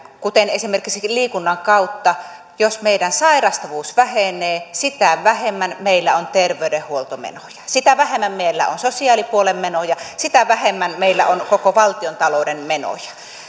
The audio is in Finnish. jos esimerkiksi liikunnan kautta meidän sairastavuus vähenee sitä vähemmän meillä on terveydenhuoltomenoja sitä vähemmän meillä on sosiaalipuolen menoja sitä vähemmän meillä on koko valtiontalouden menoja